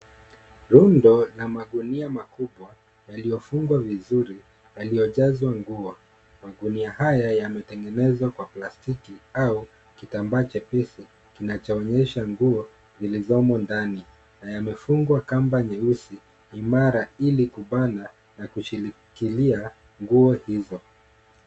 Rundo la magunia makubwa yalifungwa vizuri yaliyojazwa nguo. Magunia haya yametengenezwa kwa plastiki au kitambaa chepesi kinachoonyesha nguo zilizomo ndani na yemefungwa kamba nyeusi, imara ili kubana na kushikilia nguo hizo.